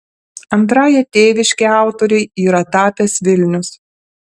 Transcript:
antrąja tėviške autorei yra tapęs vilnius